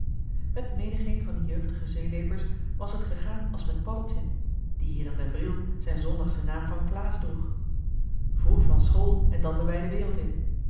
met menigeen van die jeugdige zeeleepers was het gegaan als met paddeltje die hier in den briel zijn zondagschen naam van klaas droeg vroeg van school en dan de wijde wereld in